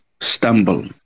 stumble